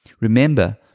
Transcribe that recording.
Remember